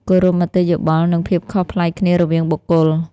គោរពមតិយោបល់ និងភាពខុសប្លែកគ្នារវាងបុគ្គល។